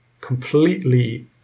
completely